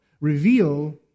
reveal